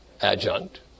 Adjunct